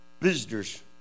visitors